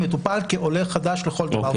מטופל כעולה חדש לכל דבר ועניין.